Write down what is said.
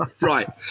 right